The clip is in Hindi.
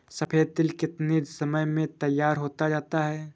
सफेद तिल कितनी समय में तैयार होता जाता है?